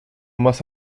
más